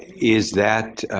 is that